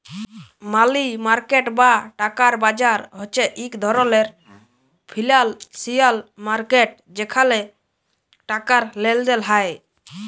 মালি market বা টাকার বাজার হছে ইক ধরলের ফিল্যালসিয়াল মার্কেট যেখালে টাকার লেলদেল হ্যয়